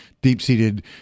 deep-seated